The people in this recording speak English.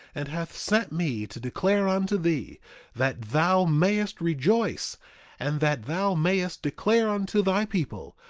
and hath sent me to declare unto thee that thou mayest rejoice and that thou mayest declare unto thy people,